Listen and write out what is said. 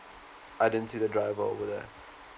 it didn't see the driver over there